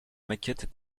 maquettes